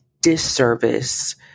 disservice